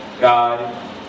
God